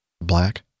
Black